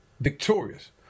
Victorious